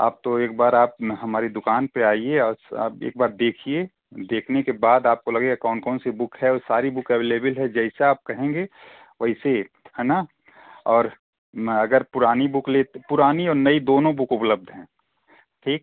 आप तो एक बार आप हमारी दुकान पे आइए आप एक बार देखिए देखने के बाद आपको लगेगा कौन कौनसी बुक है वो सारी बुक एवलबिल है जैसा आप कहेंगे वैसे है ना और में अगर पुरानी बुक लेते पुरानी और नई दोनों बुक उपलब्ध हैं ठीक